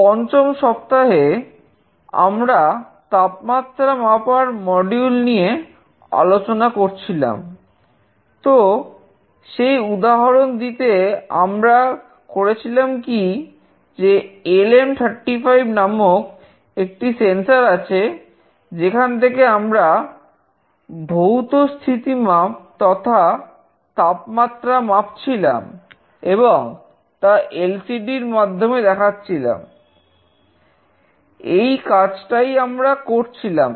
পঞ্চম সপ্তাহে আমরা তাপমাত্রা মাপার মডিউল র মাধ্যমে দেখাচ্ছিলাম